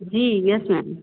ji yes ma'am